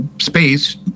space